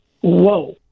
whoa